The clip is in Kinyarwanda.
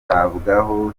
yitabwaho